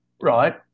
right